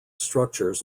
structures